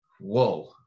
whoa